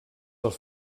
els